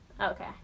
Okay